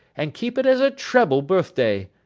and keep it as a treble birth-day.